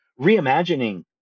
reimagining